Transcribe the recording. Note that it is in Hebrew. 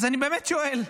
אז אני באמת שואל,